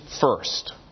first